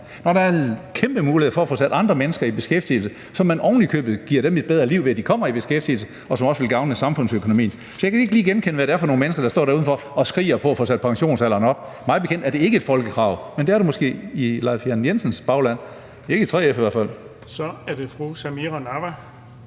når der er kæmpe muligheder for at få sat andre mennesker i beskæftigelse, så man ovenikøbet giver dem et bedre liv, ved at de kommer i beskæftigelse, hvilket også vil gavne samfundsøkonomien. Så jeg kan ikke lige genkende det eller se, hvad det er for nogle mennesker, der står udenfor og skriger på at få sat pensionsalderen op. Mig bekendt er det ikke et folkekrav, men det er det måske i hr. Leif Lahn Jensens bagland – ikke i 3F i hvert fald. Kl. 16:49 Den fg.